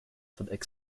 suffered